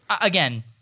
again